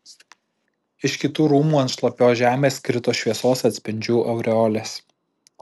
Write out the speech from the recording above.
iš kitų rūmų ant šlapios žemės krito šviesos atspindžių aureolės